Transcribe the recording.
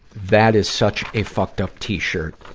that is such a fucked up t-shirt.